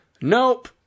Nope